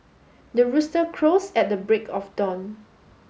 the rooster crows at the break of dawn